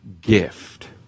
gift